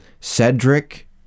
Cedric